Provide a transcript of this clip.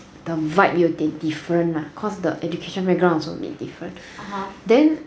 the vibe 有点 different ah cause the education background also a bit different (uh huh) then